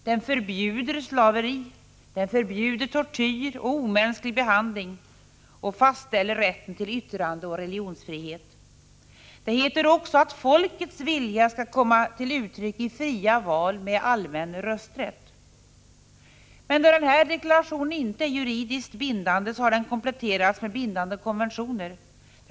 Den förbjuder slaveri, tortyr och omänsklig behandling samt fastställer rätten till yttrandeoch religionsfrihet. Det heter också att folkets vilja skall komma till uttryck i fria val med allmän rösträtt. Då denna deklaration inte är juridiskt bindande har den kompletterats med bindande konventioner.